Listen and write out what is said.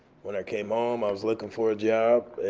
when i came home, i was looking for a job